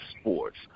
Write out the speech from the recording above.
Sports